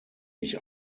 ich